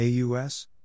AUS